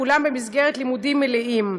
כולם במסגרת לימודים מלאים.